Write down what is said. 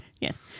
Yes